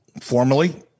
formally